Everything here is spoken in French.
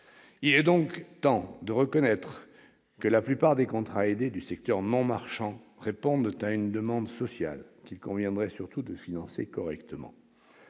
Il est donc temps de reconnaître que la plupart des contrats aidés du secteur non marchand répondent à une demande sociale qu'il conviendrait surtout de financer correctement.